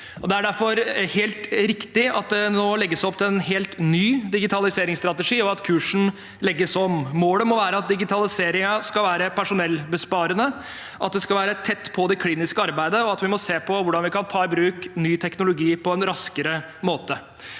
Det er derfor helt riktig at det nå legges opp til en helt ny digitaliseringsstrategi, og at kursen legges om. Målet må være at digitaliseringen skal være personellbesparende, at den skal være tett på det kliniske arbeidet, og at vi må se på hvordan vi kan ta i bruk ny teknologi på en raskere måte.